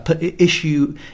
issue